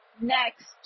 next